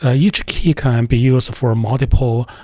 ah each key can be used for multiple